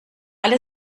alle